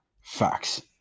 Facts